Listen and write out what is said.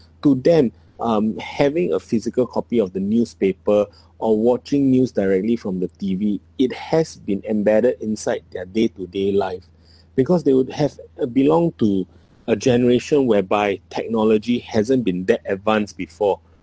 to them um having a physical copy of the newspaper or watching news directly from the T_V it has been embedded inside their day-to-day life because they would have belong to a generation whereby technology hasn't been that advanced before